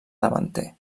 davanter